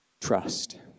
trust